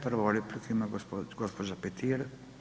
Prvu repliku ima gospođa Petir.